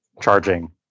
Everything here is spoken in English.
charging